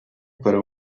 very